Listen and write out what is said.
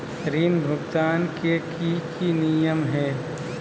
ऋण भुगतान के की की नियम है?